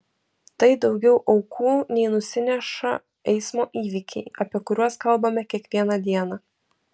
tai daugiau aukų nei nusineša eismo įvykiai apie kuriuos kalbame kiekvieną dieną